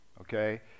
Okay